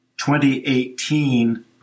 2018